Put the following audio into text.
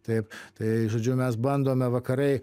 taip tai žodžiu mes bandome vakarai